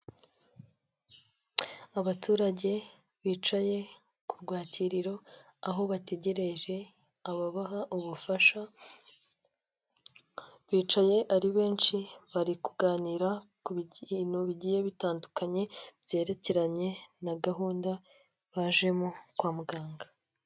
Abaturage bicaye ku rwakiriro, aho bategerereje ababaha ubufasha, bicaye ari benshi, bari kuganira ku bintu bigiye bitandukanye, byerekeranye na gahunda bajemo kwa muganga.